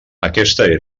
aquesta